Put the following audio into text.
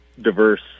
diverse